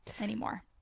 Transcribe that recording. anymore